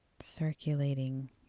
circulating